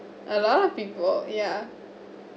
a lot of people ya